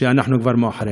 שאנחנו כבר אחריה.